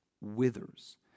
withers